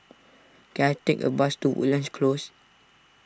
can I take a bus to Woodlands Close